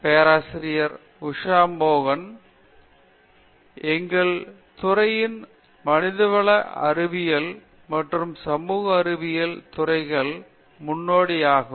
பேராசிரியர் உஷா மோகன் எங்கள் துறைக்கு மனிதவள அறிவியல் மற்றும் சமூக அறிவியல் துறைகள் முன்னோடி ஆகும்